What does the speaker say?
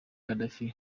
gaddafi